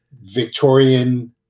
Victorian